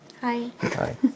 Hi